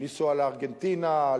ולנסוע לארגנטינה,